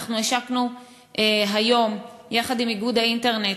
אנחנו השקנו היום, יחד עם איגוד האינטרנט,